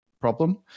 problem